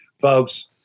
folks